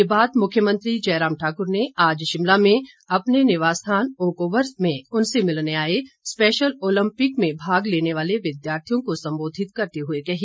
ये बात मुख्यमंत्री जयराम ठाकुर ने आज शिमला में अपने निवास स्थान ओक ओवर में उनसे मिलने आए स्पेशल ओलम्पिक में भाग लेने वाले विद्यार्थियों को संबोधित करते हुए कही